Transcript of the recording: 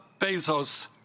Bezos